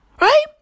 right